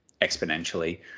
exponentially